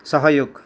सहयोग